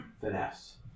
finesse